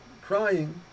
crying